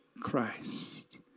Christ